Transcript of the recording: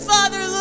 Father